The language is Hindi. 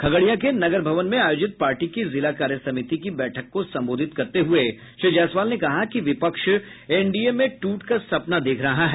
खगड़िया के नगर भवन में आयोजित पार्टी की जिला कार्य समिति की बैठक को संबोधित करते हुए श्री जायसवाल ने कहा कि विपक्ष एनडीए में टूट का सपना देख रहा है